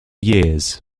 years